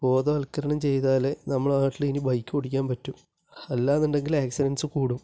ബോധവൽക്കരണം ചെയ്താലേ നമ്മളെ നാട്ടിൽ ഇനി ബൈക്ക് ഓടിക്കാൻ പറ്റൂ അല്ല എന്നുണ്ടെങ്കിൽ ആക്സിഡന്സ് കൂടും